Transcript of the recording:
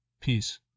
Peace